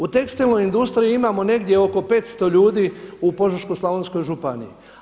U tekstilnoj industriji imamo negdje oko 500 ljudi u Požeško-slavonskoj županiji.